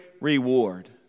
reward